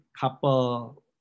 couple